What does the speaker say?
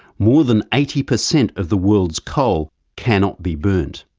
more than eighty percent of the world's coal cannot be burnt.